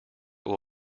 that